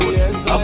yes